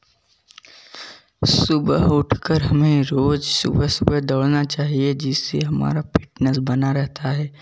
सुबह उठकर हमें रोज़ सुबह सुबह दौड़ना चाहिए जिससे हमारा फिटनेस बना रहता है